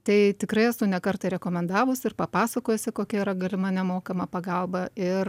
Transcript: tai tikrai esu ne kartą ir rekomendavus ir papasakojusi kokia yra galima nemokama pagalba ir